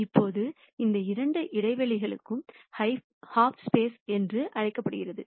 இப்போது இந்த இரண்டு இடைவெளிகளும் ஹாஃப்ஸ்பேஸ் என்று அழைக்கப்படுகின்றன